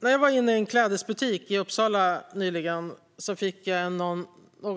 När jag var inne i en klädbutik i Uppsala nyligen fick jag en